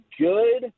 good